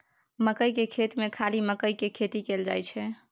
मकई केर खेत मे खाली मकईए केर खेती कएल जाई छै